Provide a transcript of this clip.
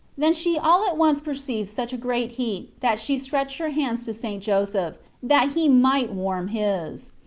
then she all at once perceived such a great heat that she stretched her hands to st. joseph that he might warm his.